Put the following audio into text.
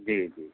جی جی